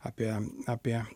apie apie